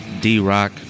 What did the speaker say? DRock